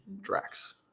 Drax